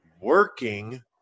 working